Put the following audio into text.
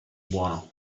buono